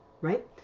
Right